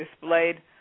displayed